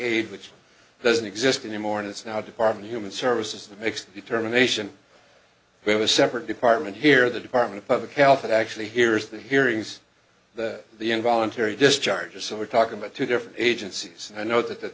aid which doesn't exist anymore and it's now department human services that makes the terminations we have a separate department here the department of public health that actually hears the hearings that the involuntary discharges so we're talking about two different agencies i know that th